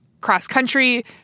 cross-country